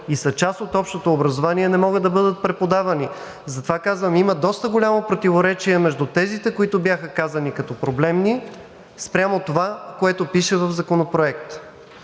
и са част от общото образование, не могат да бъдат преподавани. Затова казвам: има доста голямо противоречие между тезите, които бяха казани като проблемни спрямо това, което пише в Законопроекта.